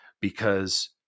Because-